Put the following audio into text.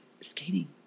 skating